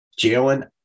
Jalen